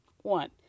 One